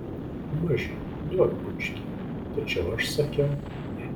maži duok bučkį tačiau aš sakiau ne